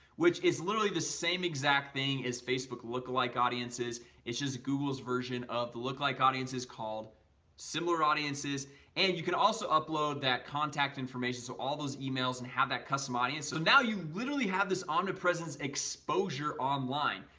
which is literally the same exact thing as facebook look-alike like audiences it's just google's version of the look like audience called similar audiences and you can also upload that contact information. so all those emails and have that custom audience so now you literally have this omnipresent exposure online.